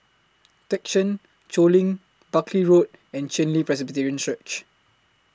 Thekchen Choling Buckley Road and Chen Li Presbyterian Church